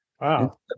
Wow